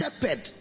shepherd